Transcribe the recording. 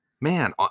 man